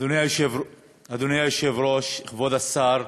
אדוני היושב-ראש, כבוד השר,